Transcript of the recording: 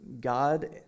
God